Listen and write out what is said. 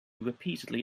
repeatedly